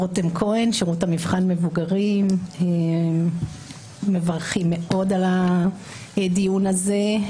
אנחנו מברכים מאוד על הדיון הזה.